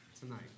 tonight